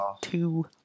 two